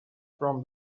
from